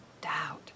doubt